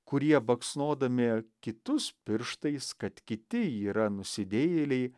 kurie baksnodami kitus pirštais kad kiti yra nusidėjėliai